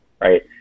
right